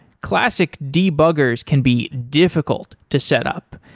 classic debuggers can be difficult to set up.